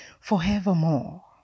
Forevermore